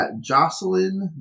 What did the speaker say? Jocelyn